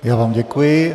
Já vám děkuji.